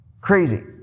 Crazy